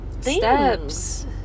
steps